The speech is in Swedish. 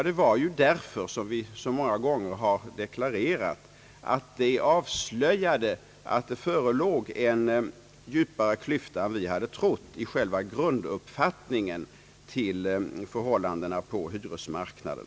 Det var, som vi många gånger deklarerat, därför att de avslöjade att det förelåg en djupare klyfta än vi hade trott i själva grunduppfattningen om förhållandena på hyresmarknaden.